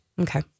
Okay